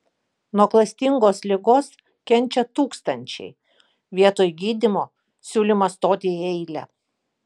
nuo klastingos ligos kenčia tūkstančiai vietoj gydymo siūlymas stoti į eilę